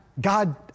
God